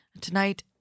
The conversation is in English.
Tonight